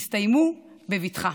יסתיימו בבטחה.